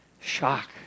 shock